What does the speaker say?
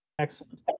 Excellent